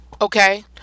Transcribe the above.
okay